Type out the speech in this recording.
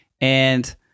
And-